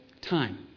time